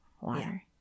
water